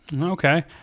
Okay